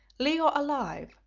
leo alive,